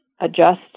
adjust